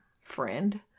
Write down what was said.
friend